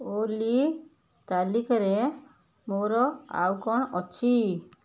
ଓଲି ତାଲିକାରେ ମୋର ଆଉ କ'ଣ ଅଛି